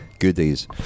Goodies